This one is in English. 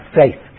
faith